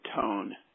tone